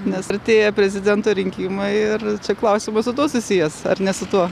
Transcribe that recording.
nes artėja prezidento rinkimai ir čia klausimas su tuo susijęs ar ne su tuo